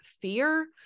fear